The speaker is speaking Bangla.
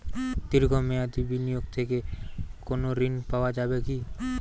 দীর্ঘ মেয়াদি বিনিয়োগ থেকে কোনো ঋন পাওয়া যাবে কী?